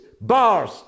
bars